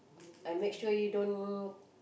and make sure you don't